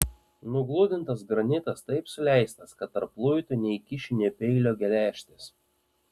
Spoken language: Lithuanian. nugludintas granitas taip suleistas kad tarp luitų neįkiši nė peilio geležtės